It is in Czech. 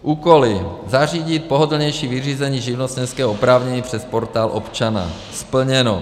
Úkoly: zařídit pohodlnější vyřízení živnostenského oprávnění přes Portál občana splněno.